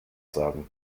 sagen